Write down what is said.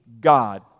God